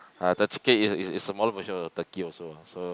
the chicken is is is a smaller version of the turkey also eh so